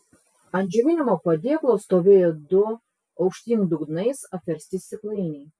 ant džiovinimo padėklo stovėjo du aukštyn dugnais apversti stiklainiai